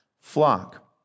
flock